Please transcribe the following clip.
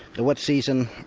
the wet season,